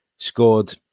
Scored